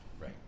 Right